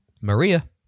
Maria